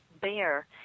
bear